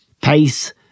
pace